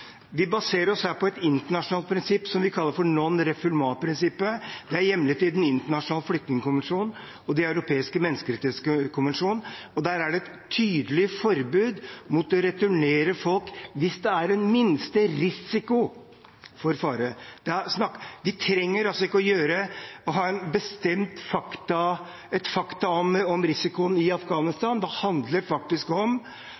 Vi baserer oss her på et internasjonalt prinsipp som vi kaller for non refoulement-prinsippet. Det er hjemlet i flyktningkonvensjonen og i Den europeiske menneskerettskonvensjon. Der er det et tydelig forbud mot å returnere folk hvis det er den minste risiko for fare. Vi trenger ikke å ha fakta om risikoen i Afghanistan, det